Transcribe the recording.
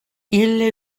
ille